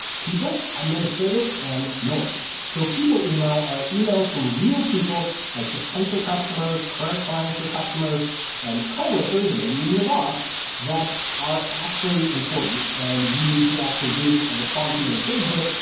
people, administrative and noise. so people, email are emails from real people like potential customers, current clients, or customers and coworkers, or maybe even your boss that are actually important. and you need to actually read and respond to and engage with,